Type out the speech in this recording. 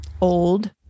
old